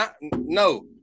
no